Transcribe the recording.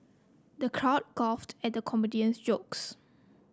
the crowd guffawed at the comedian's jokes